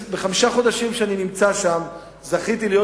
בחמשת החודשים שאני נמצא שם זכיתי להיות